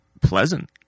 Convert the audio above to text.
pleasant